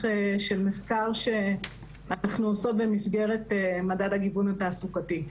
של מחקר שאנחנו עושות במסגרת מדד הגיוון התעסוקתי.